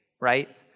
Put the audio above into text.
right